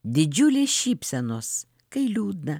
didžiulė šypsenos kai liūdna